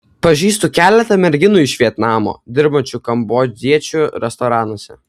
pažįstu keletą merginų iš vietnamo dirbančių kambodžiečių restoranuose